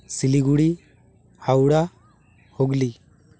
Siliguri Howrah Hooghly